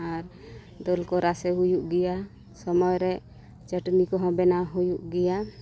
ᱟᱨ ᱫᱟᱹᱞ ᱠᱚ ᱨᱟᱥᱮ ᱦᱩᱭᱩᱜ ᱜᱮᱭᱟ ᱥᱚᱢᱚᱭ ᱨᱮ ᱪᱟᱹᱴᱱᱤ ᱠᱚᱦᱚᱸ ᱵᱮᱱᱟᱣ ᱦᱩᱭᱩᱜ ᱜᱮᱭᱟ